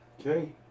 Okay